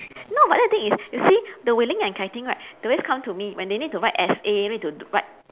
no but then the thing is you see the wei-ling and kai-ting right they will always come to me when they need to write essay need to write